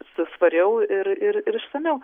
su svariau ir ir ir išsamiau